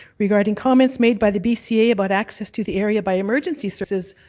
regarding comments made by the bca about access to the area by emergency services,